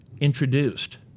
introduced